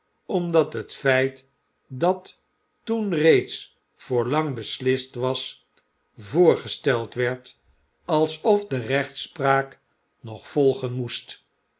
omdat het feit dat toen reeds voor lang beslist was voorgesteld werd alsof de rechtspraak nog volgen moest